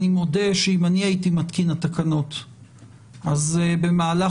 אני מודה שאם אני הייתי מתקין התקנות אז במהלך